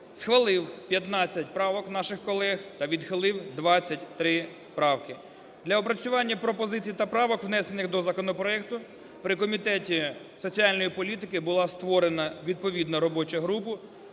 схвалив 15 правок наших колег та відхилив 23 правки. Для опрацювання пропозицій та правок внесених до законопроекту при комітеті соціальної політики була створена відповідна робоча група,